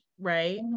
Right